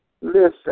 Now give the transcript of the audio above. listen